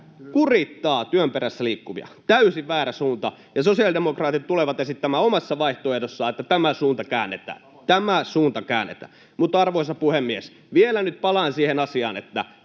Juuri näin!] Täysin väärä suunta, ja sosiaalidemokraatit tulevat esittämään omassa vaihtoehdossaan, että tämä suunta käännetään. Tämä suunta käännetään. Arvoisa puhemies! Vielä palaan siihen asiaan, että